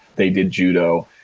they did judo.